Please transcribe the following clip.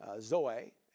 Zoe